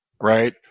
right